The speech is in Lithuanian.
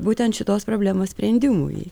būtent šitos problemos sprendimui